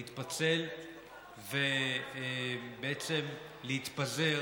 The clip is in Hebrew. להתפצל ובעצם להתפזר